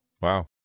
Wow